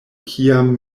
kiam